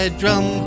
drum